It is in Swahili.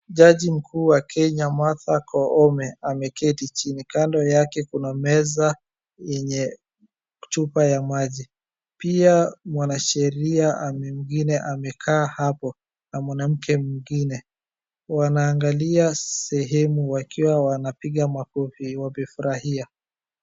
Jaji mkuu wa Kenya Martha Koome ameketi chini. Kando yake kuna meza yenye chupa ya maji. Pia mwanasheria mwingine amekaa hapo, na mwanamke mwingine. Wanaangalia sehemu wakiwa wanapiga makofi. Wamefurahia.